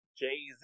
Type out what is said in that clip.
Jay-Z